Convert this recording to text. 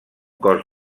cos